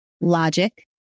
logic